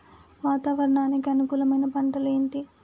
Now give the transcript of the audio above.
వాతావరణానికి అనుకూలమైన పంటలు ఏంటి?